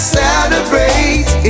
celebrate